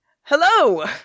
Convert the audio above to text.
hello